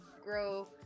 grow